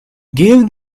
gave